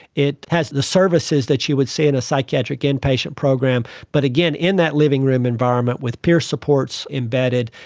it has the services that you would see in a psychiatric inpatient program, but again, in that living room environment with peer supports embedded,